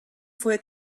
fue